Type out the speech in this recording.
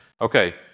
Okay